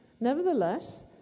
nevertheless